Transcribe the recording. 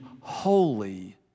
holy